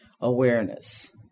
awareness